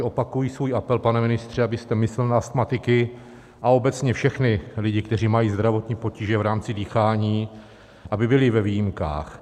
Opakuji svůj apel, pane ministře, abyste myslel na astmatiky a obecně všechny lidi, kteří mají zdravotní potíže v rámci dýchání, aby byli ve výjimkách.